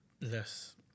Less